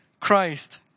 Christ